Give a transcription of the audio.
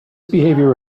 behavior